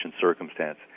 circumstance